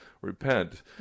Repent